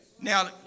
Now